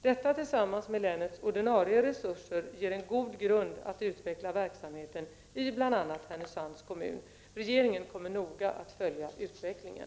Detta tillsammans med länets ordinarie resurser ger en god grund att utveckla verksamheten i bl.a. Härnösands kommun. Regeringen kommer att noga följa utvecklingen.